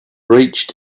reached